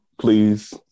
please